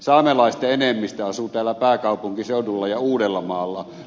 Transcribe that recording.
saamelaisten enemmistö asuu täällä pääkaupunkiseudulla ja uudellamaalla